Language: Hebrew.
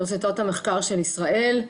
אוניברסיטאות המחקר של ישראל.